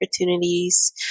opportunities